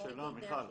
מיכל,